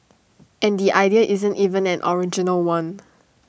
and the idea isn't even an original one